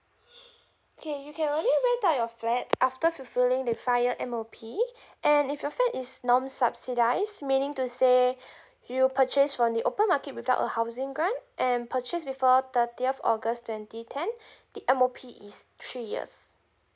okay you can only rent out your flat after fulfilling the five year M_O_P and if your flat is non subsidised meaning to say you purchase from the open market without a housing grant and purchase before thirtieth august twenty ten the M_O_P is three years